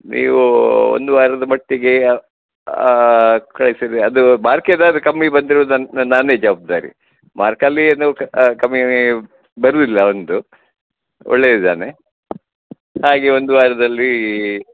ನೀವು ಒಂದು ವಾರದ ಮಟ್ಟಿಗೆ ಕಳಿಸಿದ್ರೆ ಅದು ಮಾರ್ಕ್ ಏನಾದರು ಕಮ್ಮಿ ಬಂದರೆ ನನ್ನ ನಾನೇ ಜವಾಬ್ದಾರಿ ಮಾರ್ಕಲ್ಲಿ ಏನು ಕಮ್ಮಿ ಬರುವುದಿಲ್ಲ ಅವ್ನದ್ದು ಒಳ್ಳೇದು ಇದ್ದಾನೆ ಹಾಗೆ ಒಂದು ವಾರದಲ್ಲಿ